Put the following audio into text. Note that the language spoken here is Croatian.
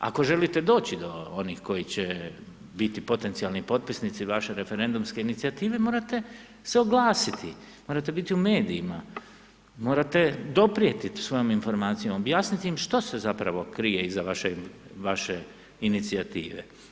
Ako želite doći do onih koji će biti potencijalni potpisnici vaše referendumske inicijative, morate se oglasiti, morate biti u medijima, morate doprijeti svojom informacijom, objasniti im što se zapravo krije iza vaše inicijative.